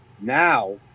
now